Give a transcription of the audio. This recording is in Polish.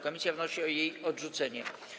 Komisja wnosi o jej odrzucenie.